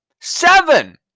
Seven